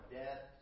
death